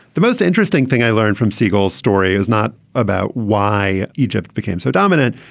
the most interesting thing i learned from siegel's story is not about why egypt became so dominant.